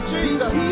Jesus